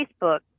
Facebook